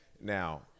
now